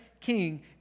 king